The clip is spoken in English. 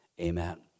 Amen